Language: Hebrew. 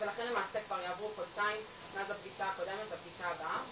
ולכן למעשה כבר יעברו חודשיים מאז הפגישה הקודמת לפגישה הבאה,